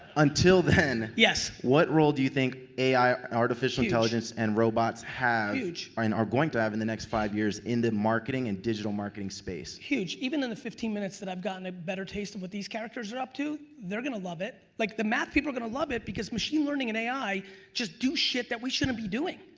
until then. yes? what role do you think ai artificial intelligence and robots have? huge. i mean are going to have in the next five years in the marketing and digital marketing space? huge, even in the fifteen minutes that i've gotten a better taste of what these characters are up to they're gonna love it. like the math people are gonna love it because machine learning and ai just do shit that we shouldn't be doing.